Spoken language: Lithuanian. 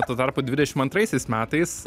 tuo tarpu dvidešim antraisiais metais